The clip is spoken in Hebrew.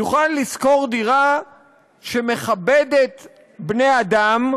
יוכל לשכור דירה שמכבדת בני אדם,